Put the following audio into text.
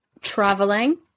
traveling